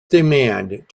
demand